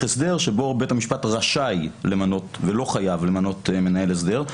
הסדר שבו בית המשפט רשאי למנות ולא חייב למנות מנהל הסדר,